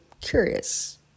curious